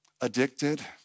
addicted